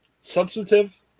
substantive